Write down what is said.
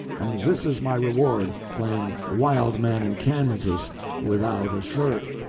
and this is my reward playing wild man in kansas without a shirt!